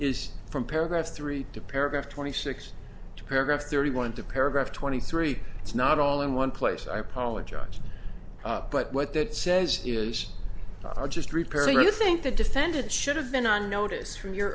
is from paragraph three to paragraph twenty six to paragraph thirty one to paragraph twenty three it's not all in one place i apologize but what that says is i'll just repairing you think the defendant should have been on notice from your